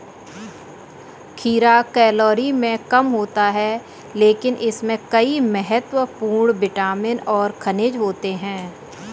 खीरा कैलोरी में कम होता है लेकिन इसमें कई महत्वपूर्ण विटामिन और खनिज होते हैं